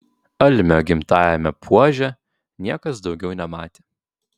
almio gimtajame puože niekas daugiau nematė